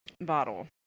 bottle